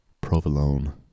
Provolone